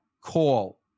call